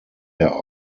der